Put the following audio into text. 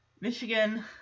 Michigan